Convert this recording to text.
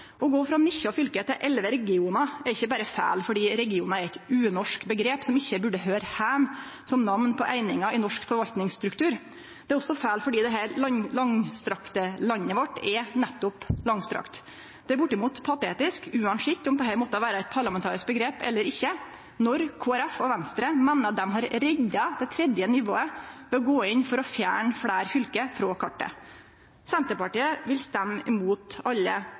Å gå frå 19 fylke til 11 regionar er ikkje berre feil fordi regionar er eit unorsk omgrep som ikkje burde høyre heime som namn på einingar i norsk forvaltningsstruktur. Det er også feil fordi dette langstrakte landet vårt er nettopp langstrakt. Det er bortimot patetisk, uansett om dette måtte vere eit parlamentarisk omgrep eller ikkje, når Kristeleg Folkeparti og Venstre meiner dei har redda det tredje nivået ved å gå inn for fjerne fleire fylke frå kartet. Senterpartiet vil stemme imot alle